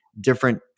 different